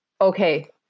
okay